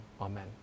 Amen